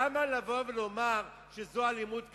למה לבוא ולומר שזו אלימות כלכלית?